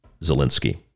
Zelensky